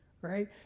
right